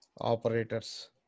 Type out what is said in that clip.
operators